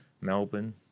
Melbourne